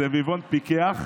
סביבון פיקח,